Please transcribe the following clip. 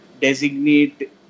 designate